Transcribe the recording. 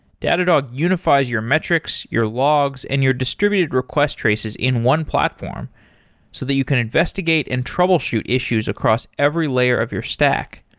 datadog unifies your metrics, your logs and your distributed request traces in one platform so that you can investigate and troubleshoot issues across every layer of your stack.